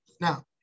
Now